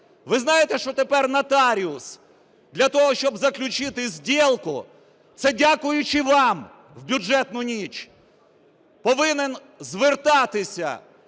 Ви знаєте, що тепер нотаріус для того, щоб заключити сдєлку (це, дякуючи вам, в бюджетну ніч) повинен звертатися